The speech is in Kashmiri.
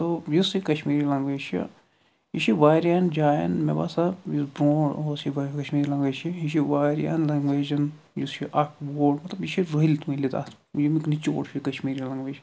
تو یُس یہِ کشمیٖری لَنگویج چھِ یہِ چھِ واریاہَن جایَن مےٚ باسان یُس برٛونٛہہ اوس یہِ وَ کشمیٖری لَنگویج چھِ یہِ چھِ واریاہَن لَنگویجَن یُس یہِ اَکھ بوٚڈ مطلب یہِ چھِ رٔلِتھ مِلِتھ اَتھ ییٚمیُک نِچوڑ چھِ کشمیٖری لَنگویج